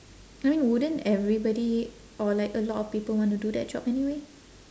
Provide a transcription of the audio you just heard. I mean wouldn't everybody or like a lot of people want to do that job anyway